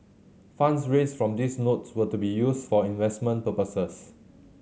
funds raised from these notes were to be used for investment purposes